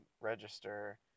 register